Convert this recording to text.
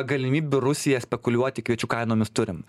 galimybių rusiją spekuliuoti kviečių kainomis turim